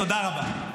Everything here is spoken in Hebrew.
תודה רבה.